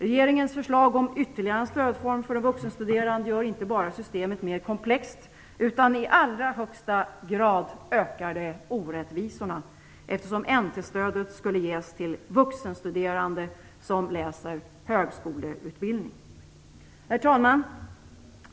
Regeringens förslag om ytterligare en stödform för de vuxenstuderande gör inte bara systemet mer komplext, utan ökar i allra högsta grad orättvisorna, eftersom N/T-stödet skulle ges till vuxenstuderande som läser högskoleutbildning. Herr talman!